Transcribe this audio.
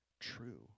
true